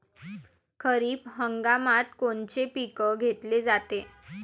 खरिप हंगामात कोनचे पिकं घेतले जाते?